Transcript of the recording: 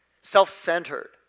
self-centered